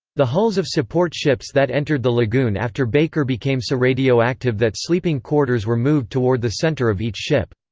the hulls of support ships that entered the lagoon after baker became so radioactive that sleeping quarters were moved toward the center of each ship.